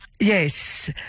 Yes